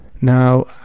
Now